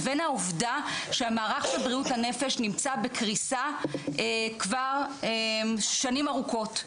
לבין העובדה שהמערך של בריאות הנפש נמצא בקריסה כבר שנים ארוכות,